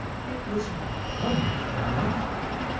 it was wonderfully life-like.